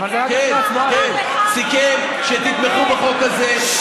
הוא סיכם שתתמכו בחוק הזה.